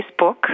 Facebook